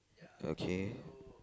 okay